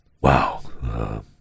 wow